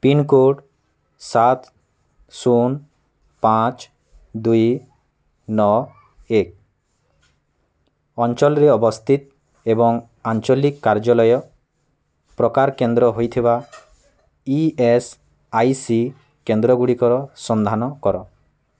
pincode ସାତ ଶୂନ ପାଞ୍ଚ ଦୁଇ ନଅ ଏକ ଅଞ୍ଚଲ୍ରେ ଅବସ୍ଥିତ ଏବଂ ଆଞ୍ଚଲିକ୍ କାର୍ଯ୍ୟାଳୟ ପ୍ରକାର କେନ୍ଦ୍ର ହୋଇଥିବା ଇ ଏସ୍ ଆଇ ସି କେନ୍ଦ୍ରଗୁଡ଼ିକର ସନ୍ଧାନ କର